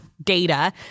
data